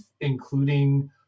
including